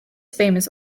famous